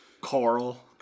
Coral